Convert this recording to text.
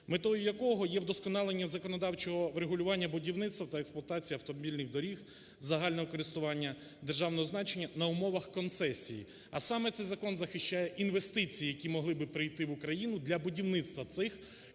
метою якого є вдосконалення законодавчого врегулювання будівництва та експлуатації автомобільних доріг загального користування державного значення на умовах концесії, а саме: цей закон захищає інвестиції, які могли би прийти в Україну для будівництва цих концесійних